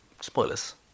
Spoilers